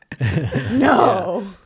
No